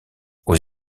aux